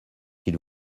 s’il